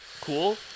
cool